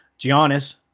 giannis